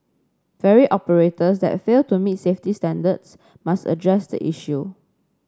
ferry operators that fail to meet safety standards must address the issue